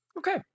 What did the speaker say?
Okay